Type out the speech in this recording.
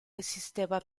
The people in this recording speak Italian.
esisteva